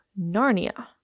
Narnia